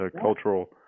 cultural